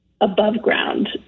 above-ground